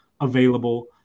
available